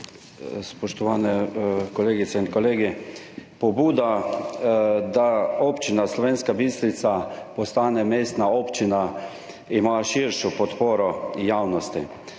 Spoštovani kolegice in kolegi! Pobuda, da Občina Slovenska Bistrica postane mestna občina, ima širšo podporo javnosti.